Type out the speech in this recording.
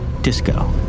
disco